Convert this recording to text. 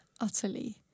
utterly